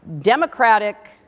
democratic